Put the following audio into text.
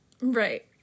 Right